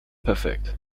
perfekt